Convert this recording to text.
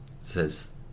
says